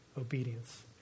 obedience